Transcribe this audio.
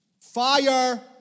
Fire